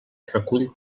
recull